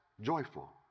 joyful